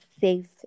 safe